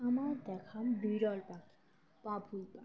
আমার দেখা বিরল পাখি বাবুই পাখি